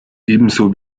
ebenso